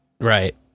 Right